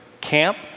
camp